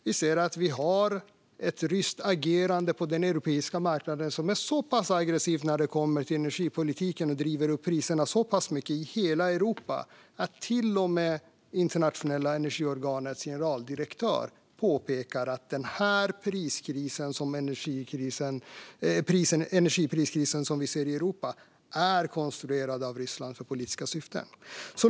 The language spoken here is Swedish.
Vi ser att vi har ett ryskt agerande på den europeiska marknaden som är aggressivt när det kommer till energipolitiken, och det driver upp priserna så pass mycket i hela Europa att till och med det internationella energiorganets generaldirektör påpekar att den här energipriskrisen som vi ser i Europa är konstruerad av Ryssland och har politiska syften.